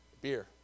beer